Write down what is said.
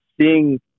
seeing